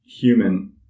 human